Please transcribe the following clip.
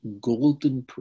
golden